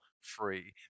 free